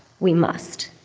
we must.